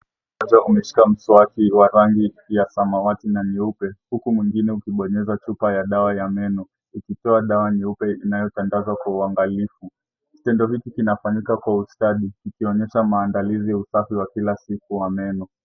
Mkono mmoja umeshika mswaki wa rangi ya samawati na nyeupe huku mwingine ukibonyeza chupa ya dawa ya meno inatoa dawa nyeupe inayotandazwa kwa uangalifu kitendo hiki kinafanyika kwa ustadi. kikionyesha maandalizi yausafi wa kila siku wa meno.